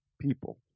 people